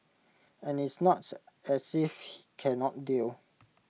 and it's not as if he cannot deal